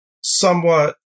somewhat